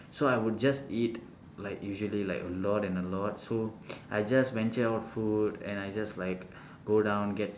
so I would just eat like usually like a lot and a lot so I just venture out food and I just like go down get